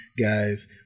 guys